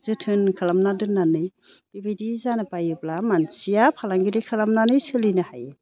जोथोन खालामना दोननानै बिबायदि जानो बायोब्ला मानसिया फालांगिरि खालामनानै सोलिनो हायो